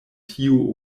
tiu